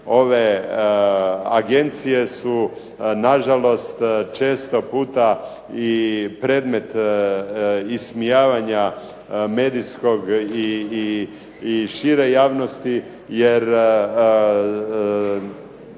Ove agencije su nažalost često puta i predmet ismijavanja medijskog i šire javnosti jer